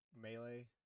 melee